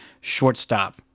shortstop